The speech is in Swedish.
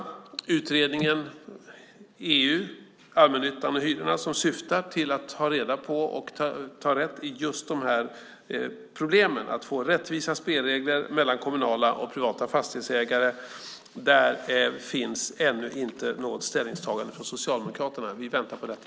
I utredningen, EU, Allmännyttan och hyrorna, som syftar till att ta reda på och ta tag i just problemen att få rättvisa spelregler mellan kommunala och privata fastighetsägare finns ännu inte något ställningstagande från Socialdemokraterna. Vi väntar på detta.